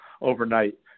overnight